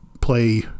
play